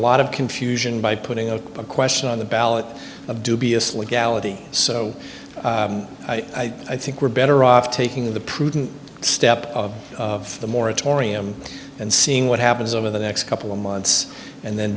lot of confusion by putting a question on the ballot of dubious legality so i think we're better off taking the prudent step of the moratorium and seeing what happens over the next couple of months and then